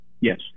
Yes